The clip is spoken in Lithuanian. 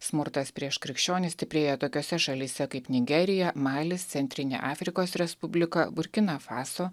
smurtas prieš krikščionis stiprėja tokiose šalyse kaip nigerija malis centrinė afrikos respublika burkina faso